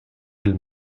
elle